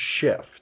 shift